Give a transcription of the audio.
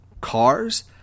cars